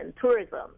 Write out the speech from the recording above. tourism